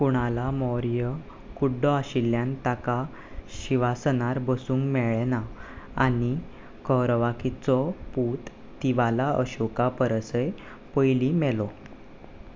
कुणाला मौर्य कुड्डो आशिल्ल्यान ताका शिंवासनार बसूंक मेळ्ळें ना आनी कौरवाकीचो पूत तिवाला अशोका परसय पयलीं मेलो